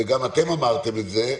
וגם אתם אמרתם את זה,